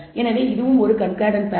எனவே இது ஒரு கண்கார்டன்ட் பேர்